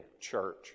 church